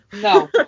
No